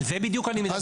על זה בדיוק אני מדבר.